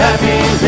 Happy